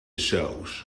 saus